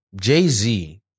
Jay-Z